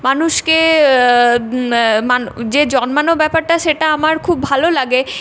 মানুষকে মানু যে জন্মানো ব্যাপারটা সেটা আমার খুব ভালো লাগে